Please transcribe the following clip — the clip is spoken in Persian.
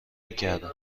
میکردم